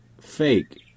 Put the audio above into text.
fake